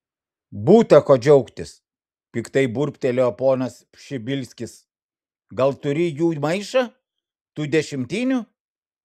būta ko džiaugtis piktai burbtelėjo ponas pšibilskis gal turi jų maišą tų dešimtinių